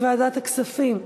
לוועדת הכספים נתקבלה.